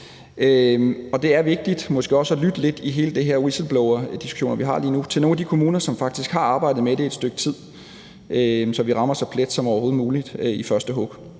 det er vigtigt i forhold til hele den her whistleblowerdiskussion, vi har lige nu, måske også at lytte til nogle af de kommuner, som faktisk har arbejdet med det et stykke tid, så vi rammer så meget plet som overhovedet muligt i første hug.